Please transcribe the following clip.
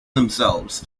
themselves